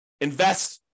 invest